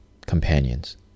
companions